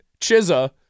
Chizza